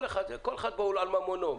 כל אחד על ממונו.